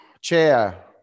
chair